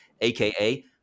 aka